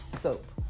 soap